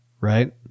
right